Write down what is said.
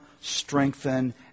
strengthen